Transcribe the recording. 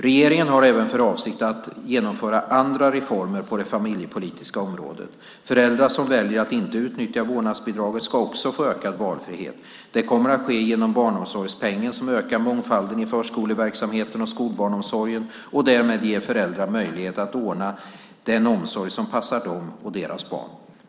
Regeringen har även för avsikt att genomföra andra reformer på det familjepolitiska området. Föräldrar som väljer att inte utnyttja vårdnadsbidraget ska också få ökad valfrihet. Detta kommer att ske genom barnomsorgspengen som ökar mångfalden i förskoleverksamheten och skolbarnsomsorgen, och därmed ger föräldrar möjlighet att ordna den omsorg som passar dem och deras barn.